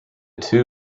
two